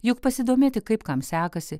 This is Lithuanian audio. juk pasidomėti kaip kam sekasi